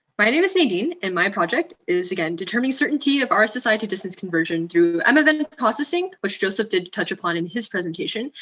my name is nadine, and my project is, again, determining certainty of rssi to distance conversion to m of n processing, which joseph did touch upon in his presentation,